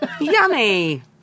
yummy